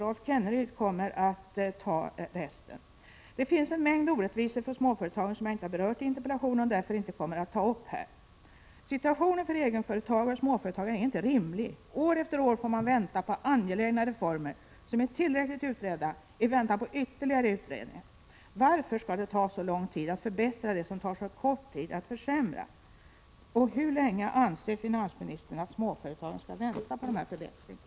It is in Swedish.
Rolf Kenneryd kommer att ta resten. Det finns en mängd orättvisor för småföretagen som jag inte berört i min interpellation, och därför kommer jag inte att ta upp dem. Situationen för egenföretagare och småföretagare är inte rimlig. År efter år får man vänta på angelägna reformer som är tillräckligt utredda i väntan på ytterligare utredningar. Varför skall det ta så lång tid att förbättra det som det tar så kort tid att försämra? Hur länge anser finansministern att småföretagen skall vänta på förbättringar?